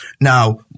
Now